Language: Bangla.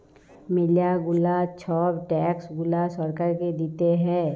ম্যালা গুলা ছব ট্যাক্স গুলা সরকারকে দিতে হ্যয়